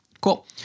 cool